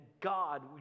God